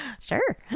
Sure